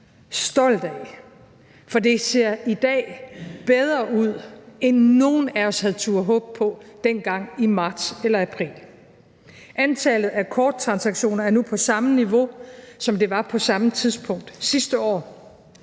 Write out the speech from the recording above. stolt af, for det ser i dag bedre ud, end nogen af os havde turdet håbe på dengang i marts eller april. Antallet af korttransaktioner er nu på samme niveau, som det var på samme tidspunkt sidste år.